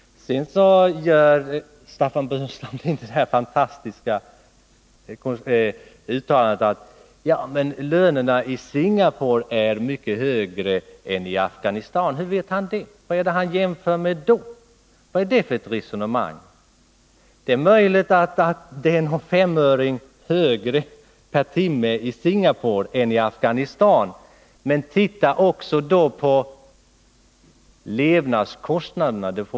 Sedan gör Staffan Burenstam Linder det fantastiska uttalandet att lönerna i Singapore är mycket högre än i Afghanistan. Hur vet han det? Vad är det för resonemang? Det är möjligt att lönen är någon femöring högre per timme i Singapore än i Afghanistan, men titta då också på levnadskostnaderna!